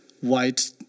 white